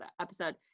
episode